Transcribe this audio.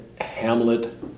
Hamlet